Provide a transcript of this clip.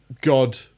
God